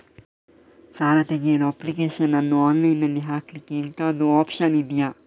ಸಾಲ ತೆಗಿಯಲು ಅಪ್ಲಿಕೇಶನ್ ಅನ್ನು ಆನ್ಲೈನ್ ಅಲ್ಲಿ ಹಾಕ್ಲಿಕ್ಕೆ ಎಂತಾದ್ರೂ ಒಪ್ಶನ್ ಇದ್ಯಾ?